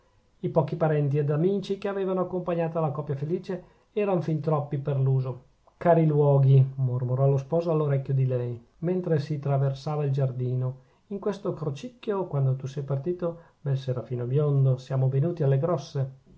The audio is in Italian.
i pochi parenti ed amici che avevano accompagnata la coppia felice erano fin troppi per l'uso cari luoghi mormorò lo sposo all'orecchio di lei mentre si traversava il giardino in questo crocicchio quando tu